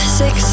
six